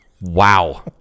Wow